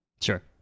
Sure